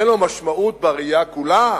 אין לו משמעות בראייה כולה?